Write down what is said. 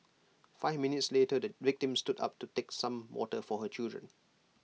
five minutes later the victim stood up to take some water for her children